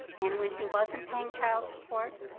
and when he wasn't paying child support,